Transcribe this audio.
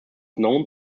known